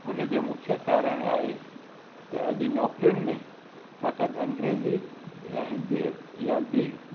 हुन जो मुख्य कारणु आहे त अॼु नौकिरियुनि में फ़क़्ति अंग्रेज़ी या हिंदी या ॿी